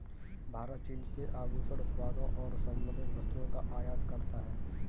भारत चीन से आभूषण उत्पादों और संबंधित वस्तुओं का आयात करता है